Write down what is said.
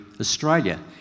Australia